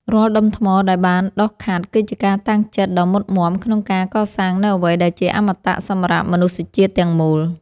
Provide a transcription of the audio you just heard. រាល់ដុំថ្មដែលបានដុសខាត់គឺជាការតាំងចិត្តដ៏មុតមាំក្នុងការកសាងនូវអ្វីដែលជាអមតៈសម្រាប់មនុស្សជាតិទាំងមូល។